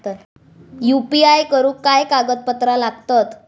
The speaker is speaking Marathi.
यू.पी.आय करुक काय कागदपत्रा लागतत?